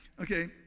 Okay